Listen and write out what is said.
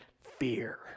fear